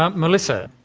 um melissa,